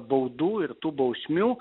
baudų ir tų bausmių